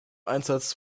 einsatz